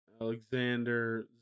Alexander